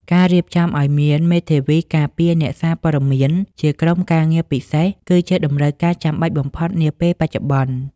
ការរៀបចំឱ្យមាន "មេធាវីការពារអ្នកសារព័ត៌មាន" ជាក្រុមការងារពិសេស គឺជាតម្រូវការចាំបាច់បំផុតនាពេលបច្ចុប្បន្ន។